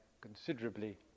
considerably